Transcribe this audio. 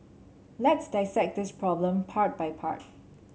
let's dissect this problem part by part